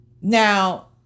now